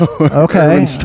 Okay